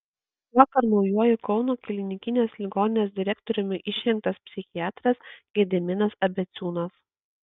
vakar naujuoju kauno klinikinės ligoninės direktoriumi išrinktas psichiatras gediminas abeciūnas